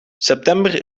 september